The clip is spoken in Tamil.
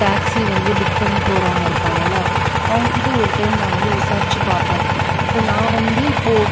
டாக்சி வந்து புக் பண்ணி போகிறவங்க இருப்பாங்கல்ல அவங்ககிட்ட ஒரு டைம் நான் வந்து விசாரித்து பார்ப்பேன் இப்போது நான் வந்து இப்போது